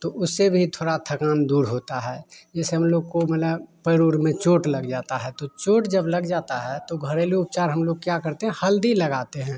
तो उससे भी थोड़ा थकान दूर होता है जैसे हम लोग को मतलब पैर और में चोट लग जाता है तो चोट जब लग जाता है तो घरेलू उपचार हम लोग क्या करते हैं हल्दी लगाते हैं